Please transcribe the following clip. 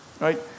right